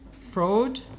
fraud